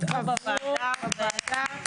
0 נמנעים,